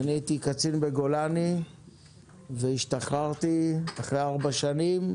אני הייתי קצין בגולני והשתחררתי אחרי ארבע שנים,